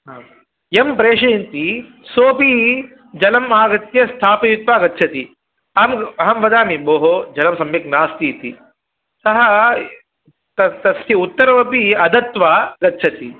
आम् यं प्रेशयन्ति सोपि जलं आगत्य स्थापयित्वा गच्छति अहम् अहं वदामि भोः जलं सम्यक् नास्ति इति सः तत् तस्य उत्तरम् अपि अदत्वा गच्छति